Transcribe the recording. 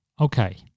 Okay